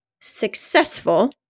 successful